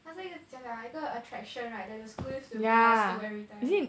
它是一个怎样讲 ah 一个 attraction right they have to squeezed to to everytime